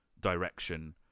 direction